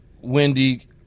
Wendy